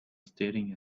staring